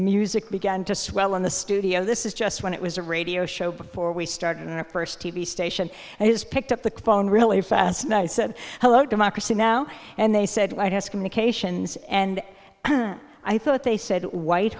music began to swell in the studio this is just when it was a radio show before we started in the first t v station and his picked up the phone really fast night said hello democracy now and they said white house communications and i thought they said white